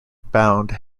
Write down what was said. bound